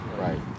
Right